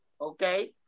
okay